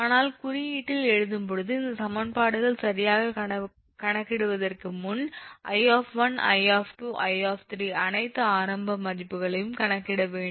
ஆனால் குறியீட்டில் எழுதும்போது இந்த சமன்பாடுகளை சரியாக கணக்கிடுவதற்கு முன் 𝐼 𝐼 𝐼 அனைத்து ஆரம்ப மதிப்புகளையும் கணக்கிட வேண்டும்